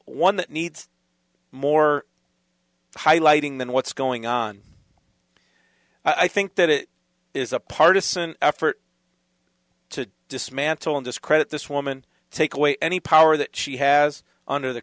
one that needs more highlighting than what's going on i think that it is a partisan effort to dismantle and discredit this woman take away any power that she has under the